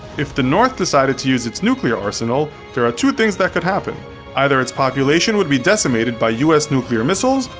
if the north decided to use its nuclear arsenal, there are two things that could happen either its population would be decimated by us nuclear missiles,